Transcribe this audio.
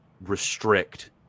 restrict